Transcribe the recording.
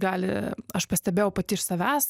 gali aš pastebėjau pati iš savęs